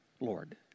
Lord